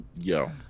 yo